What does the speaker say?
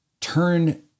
Turn